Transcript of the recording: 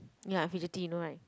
ya I fidgety you know right